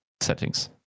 settings